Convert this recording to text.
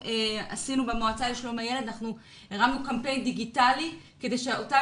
במועצה לשלום הילד הרמנו קמפיין דיגיטלי כדי שאותם